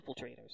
infiltrators